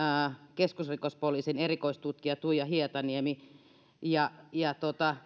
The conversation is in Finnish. keskusrikospoliisin erikoistutkija tuija hietaniemi ja ja